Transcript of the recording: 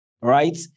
Right